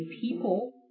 people